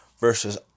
versus